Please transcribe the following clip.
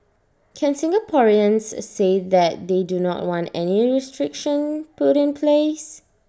can Singaporeans say that they do not want any restriction put in place